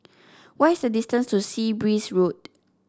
what is the distance to Sea Breeze Road